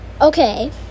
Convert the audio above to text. Okay